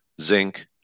zinc